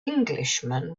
englishman